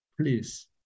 please